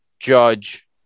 Judge